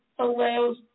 allows